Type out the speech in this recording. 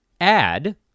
add